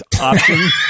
option